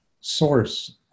source